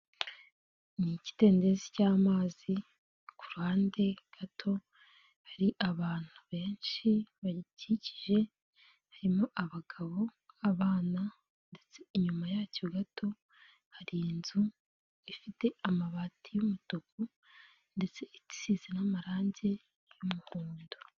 Ni ikidendezi cy'amazi, ku ruhande gato hari abantu benshi bayikikije, harimo abagabo abana ndetse inyuma yacyo gato hari inzu, ifite amabati y'umutuku ndetse isize n'amarangi y'umuhondo.